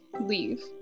leave